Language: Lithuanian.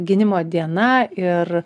gynimo diena ir